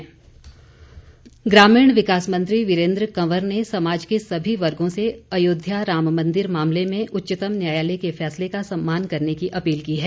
वीरेन्द्र कंवर ग्रामीण विकास मंत्री वीरेन्द्र कंवर ने समाज के सभी वर्गो से अयोध्या राम मंदिर मामले में उच्चतम न्यायालय के फैसले का सम्मान करने की अपील की है